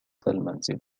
المنزل